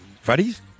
Freddy's